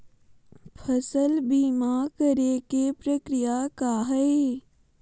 फसल बीमा करे के प्रक्रिया का हई?